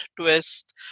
twist